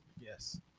Yes